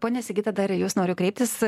ponia sigita dar į jus noriu kreiptis